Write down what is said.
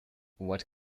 what